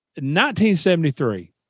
1973